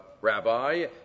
rabbi